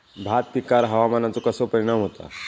भात पिकांर हवामानाचो कसो परिणाम होता?